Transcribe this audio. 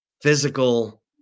physical